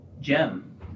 gem